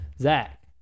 Zach